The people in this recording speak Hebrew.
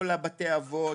כל בתי האבות,